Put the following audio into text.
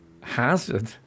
hazard